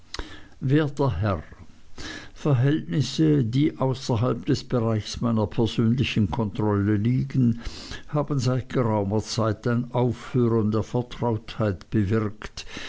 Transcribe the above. werter herr verhältnisse die außerhalb des bereichs meiner persönlichen kontrolle liegen haben seit geraumer zeit ein aufhören der vertrautheit bewirkt